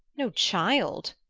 no child!